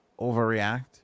overreact